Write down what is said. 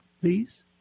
please